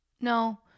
No